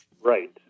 Right